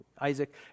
Isaac